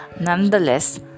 Nonetheless